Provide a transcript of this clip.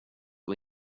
och